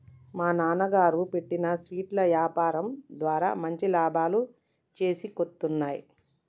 మా నాన్నగారు పెట్టిన స్వీట్ల యాపారం ద్వారా మంచి లాభాలు చేతికొత్తన్నయ్